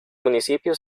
municipio